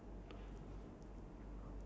wait how many cards are you left with